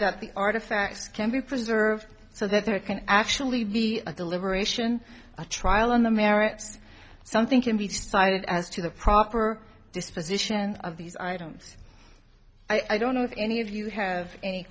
that the artifacts can be preserved so that there can actually be a deliberation a trial on the merits something can be decided as to the proper disposition of these items i don't know if any of you have any